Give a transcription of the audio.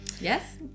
Yes